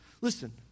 listen